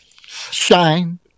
Shine